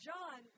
John